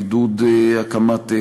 לעידוד הקמת צימרים.